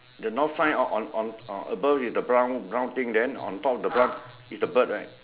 the north sign on on on above with the brown brown thing then on top of the brown is the bird right